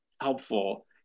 helpful